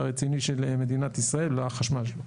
הרציני של מדינת ישראל לחשמל.